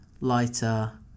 lighter